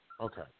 Okay